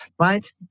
right